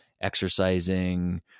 exercising